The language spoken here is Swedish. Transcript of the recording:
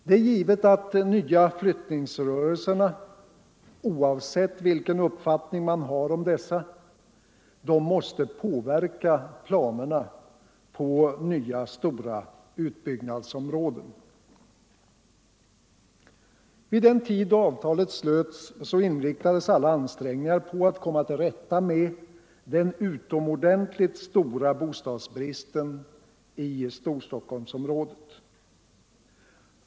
Det är givet att de nya flyttningsrörelserna — oavsett vilken uppfattning man har om dessa — måste påverka planerna på nya stora utbyggnadsområden. Vid den tid då avtalet slöts, inriktades alla ansträngningar på att komma till rätta med den utomordentligt stora bostadsbristen i Storstockholmsområdet.